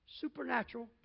Supernatural